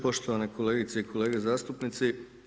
Poštovane kolegice i kolege zastupnici.